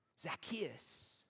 Zacchaeus